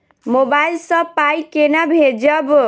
Mobile सँ पाई केना भेजब?